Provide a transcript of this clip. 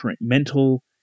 mental